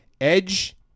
Edge